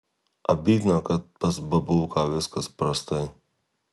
abydna kad pas babulką viskas prastai